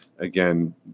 Again